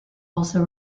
also